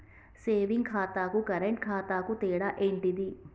Saving ఖాతాకు current ఖాతాకు తేడా ఏంటిది?